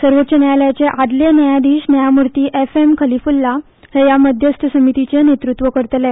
सर्वोच्च न्यायालयाचे आदले न्यायाधीश न्यायमूर्ती एफ एम खलिफुल्ला हे ह्या मध्यस्थ समितीचें नेतृत्व करतले